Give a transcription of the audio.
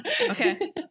Okay